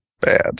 bad